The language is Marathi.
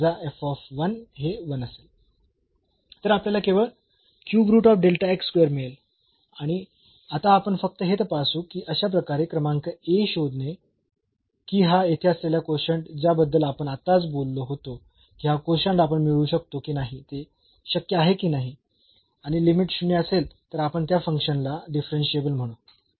तर आपल्याला केवळ मिळेल आणि आता आपण फक्त हे तपासू की अशा प्रकारे क्रमांक शोधणे की हा येथे असलेला कोशंट ज्याबद्दल आपण आताच बोललो होतो की हा कोशंट आपण मिळवू शकतो की नाही ते शक्य आहे की नाही आणि लिमिट 0 असेल तर आपण त्या फंक्शन ला डिफरन्शियेबल म्हणू